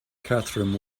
catherine